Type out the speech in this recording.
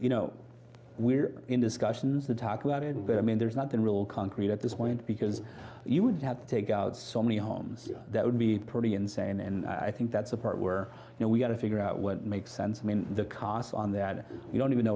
you know we're in discussions to talk about it and that i mean there's nothing real concrete at this point because you would have to take out so many homes that would be pretty insane and i think that's the part where you know we've got to figure out what makes sense i mean the cost on that we don't even know